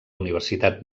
universitat